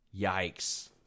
Yikes